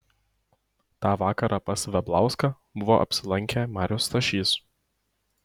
tą vakarą pas veblauską buvo apsilankę marius stašys